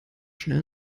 schnell